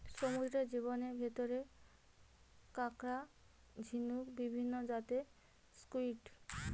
সমুদ্রের জীবের ভিতরে কাকড়া, ঝিনুক, বিভিন্ন জাতের স্কুইড,